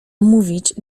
mówić